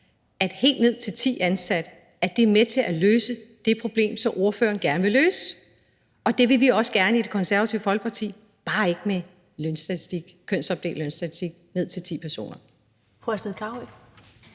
at helt ned til ti ansatte er med til at løse det problem, som ordføreren gerne vil løse, og det vil vi også gerne i Det Konservative Folkeparti, bare ikke med kønsopdelt lønstatistik ned til ti personer.